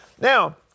Now